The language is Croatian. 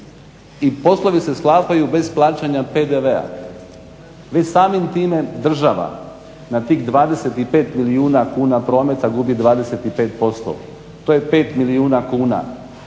i poslovi se sklapaju bez plaćanja PDV-a. Vi samim time, država na tih 25 milijuna kuna prometa gubi 25%. To je 5 milijuna kuna.